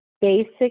basic